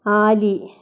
ആലി